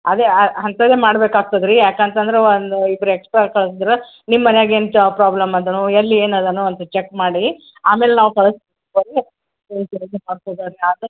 ಅದೇ ಅಂಥದೇ ಮಾಡ್ಬೇಕಾಗ್ತದೆ ರೀ ಯಾಕೆ ಅಂತಂದ್ರೆ ಒಂದು ಇಬ್ರು ಎಕ್ಸ್ಟ್ರಾ ಕಳ್ಸಿದ್ರೆ ನಿಮ್ಮ ಮನ್ಯಾಗೆ ಏನು ಪ್ರಾಬ್ಲಮ್ ಅದನೋ ಎಲ್ಲಿ ಏನು ಅದನೋ ಅಂತ ಚಕ್ ಮಾಡಿ ಆಮೇಲೆ ನಾವು ಕಳ್ಸಿ